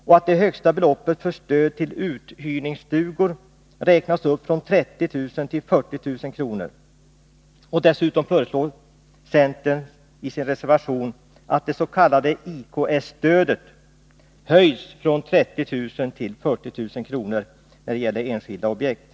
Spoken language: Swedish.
och att det högsta beloppet för stöd till uthyrningsstugor räknas upp från 30 000 kr. till 40 000 kr. Dessutom föreslås i centerns reservation att det s.k. IKS-stödet höjs från 30 000 kr. till 40 000 kr. — när det gäller enskilda objekt.